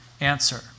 Answer